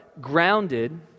grounded